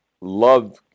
love